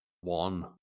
One